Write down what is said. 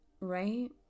right